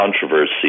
controversy